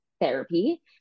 therapy